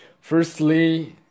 firstly